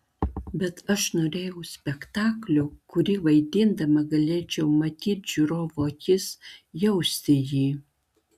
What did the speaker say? bet aš norėjau spektaklio kurį vaidindama galėčiau matyt žiūrovo akis jausti jį